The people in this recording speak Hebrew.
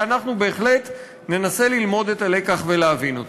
ואנחנו בהחלט ננסה ללמוד את הלקח ולהבין אותו.